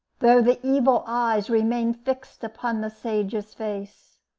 though the evil eyes remained fixed upon the sage's face.